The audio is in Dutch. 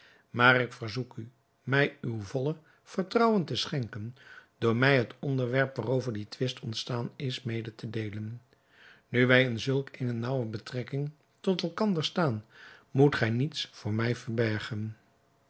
maar ik verzoek u mij uw volle vertrouwen te schenken door mij het onderwerp waarover die twist ontstaan is mede te deelen nu wij in zulk eene naauwe betrekking tot elkander staan moet gij niets voor mij verbergen